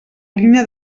línia